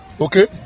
Okay